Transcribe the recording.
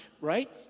right